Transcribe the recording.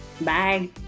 Bye